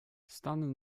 stan